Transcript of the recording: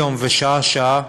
יום-יום ושעה-שעה,